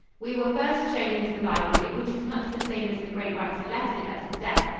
we were first shown into the library, which is much the same as the great writer left it at his death,